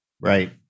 Right